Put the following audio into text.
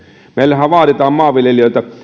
meillähän vaaditaan